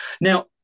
Now